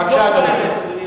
בבקשה, אדוני.